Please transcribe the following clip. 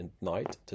night